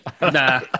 Nah